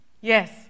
Yes